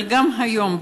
אבל גם היום,